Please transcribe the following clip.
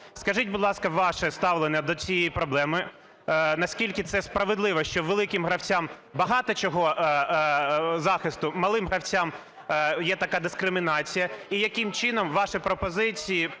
Скажіть, будь ласка, ваше ставлення до цієї проблеми. Наскільки це справедливо, що великим гравцям багато чого… захисту, малим гравцям є така дискримінація? І яким чином ваші пропозиції